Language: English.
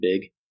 big